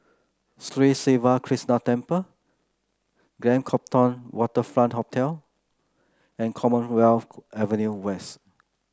Sri Siva Krishna Temple Grand Copthorne Waterfront Hotel and Commonwealth Avenue West